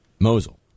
Mosul